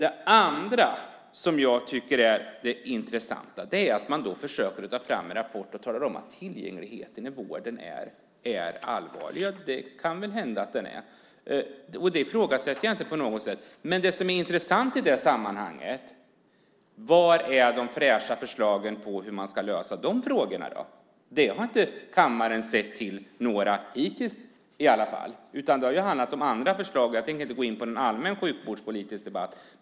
En annan sak som jag tycker är intressant är att man försöker ta fram en rapport och att man talar om att tillgängligheten i vården är allvarlig. Ja, det kan väl hända att det är så. Det ifrågasätter jag inte på något sätt. Men det som är intressant i det sammanhanget är var de fräscha förslagen finns när det gäller att lösa de olika frågorna. Kammaren har i alla fall inte hittills sett till några sådana förslag, utan det har handlat om andra förslag. Jag tänker inte gå in på en allmän sjukvårdspolitisk debatt.